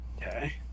Okay